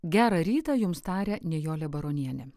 gerą rytą jums taria nijolė baronienė